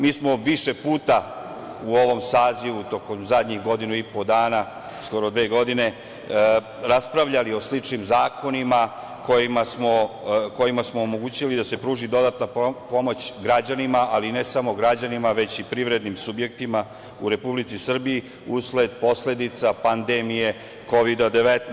Mi smo više puta u ovom sazivu tokom zadnjih godinu i po dana, skoro dve godine, raspravljali o sličnim zakonima kojima smo omogućili da se pruži dodatna pomoć građanima, ali ne samo građanima, već i privrednim subjektima u Republici Srbiji usled posledica pandemije Kovida-19.